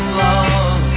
love